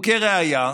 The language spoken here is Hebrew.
וכראיה,